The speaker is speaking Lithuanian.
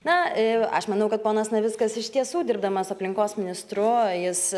na aš manau kad ponas navickas iš tiesų dirbdamas aplinkos ministru jis